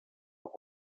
auch